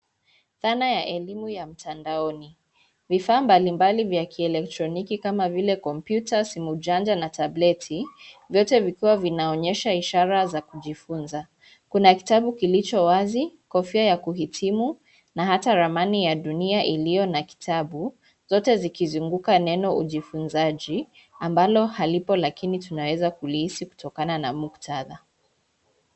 Dhana ya elimu ya mtandaoni. Vifaa mbalimbali vya kielektroniki kama vile kompyuta, simujanja na tablati, vyote vikiwa vinaonyesha ishara za kujifunza. Kuna kitabu kilicho wazi, kofia ya kuhitimu na hata ramani ya dunia iliyo na kitabu, zote zikizunguka neno ujifunzaji, ambalo halipo lakini tunaweza kulihisi kutokana na muktadha.